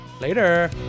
later